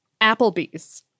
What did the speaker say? Applebee's